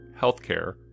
healthcare